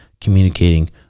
communicating